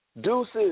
Deuces